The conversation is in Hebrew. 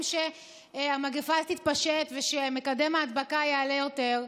שהמגפה תתפשט ושמקדם ההדבקה יעלה יותר,